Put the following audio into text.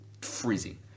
freezing